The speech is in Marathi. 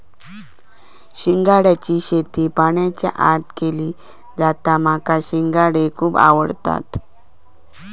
शिंगाड्याची शेती पाण्याच्या आत केली जाता माका शिंगाडे खुप आवडतत